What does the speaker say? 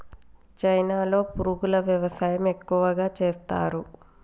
చైనాలో పురుగుల వ్యవసాయం ఎక్కువగా చేస్తరు